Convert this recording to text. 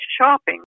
shopping